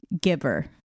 giver